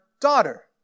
daughter